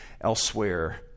elsewhere